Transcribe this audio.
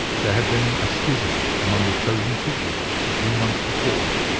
there had been a schism among the chosen people a few months before,